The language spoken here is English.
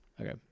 Okay